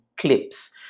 clips